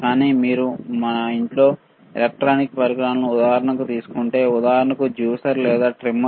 కానీ మీరు మా ఇంట్లో ఎలక్ట్రానిక్ పరికరాల ఉదాహరణ తీసుకుంటే ఉదాహరణకు జ్యూసర్ లేదా ట్రిమ్మర్